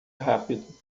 rápido